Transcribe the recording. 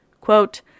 Quote